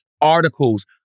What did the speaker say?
articles